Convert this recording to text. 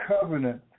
covenant